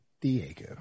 Diego